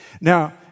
Now